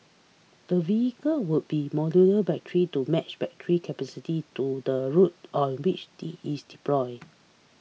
the vehicle will be modular battery to match battery capacity to the route on which it is deployed